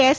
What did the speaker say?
S